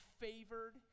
favored